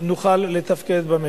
נוכל לתפקד במשק.